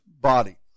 body